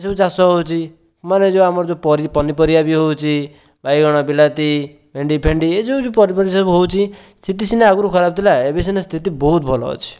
ଏଇସବୁ ଚାଷ ହେଉଛି ମାନେ ଯେଉଁ ଆମର ଯେଉଁ ପରି ପନିପରିବା ବି ହେଉଛି ବାଇଗଣ ବିଲାତି ଭେଣ୍ଡି ଫେଣ୍ଡି ଏଇ ଯେଉଁ ସବୁ ହେଉଛି ସ୍ଥିତି ସିନା ଆଗରୁ ଖରାପ ଥିଲା ଏବେ ସିନା ସ୍ଥିତି ବହୁତ ଭଲ ଅଛି